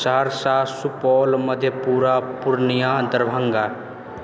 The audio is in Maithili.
सहरसा सुपौल मधेपुरा पूर्णिया दरभंगा